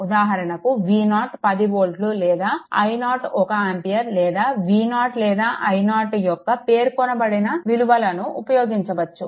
ఉదాహరణకు V0 10 వోల్ట్లు లేదా i0 1 ఆంపియర్ లేదా V0 లేదా i0 యొక్క పేర్కొనబడిన విలువలను ఉపయోగించవచ్చు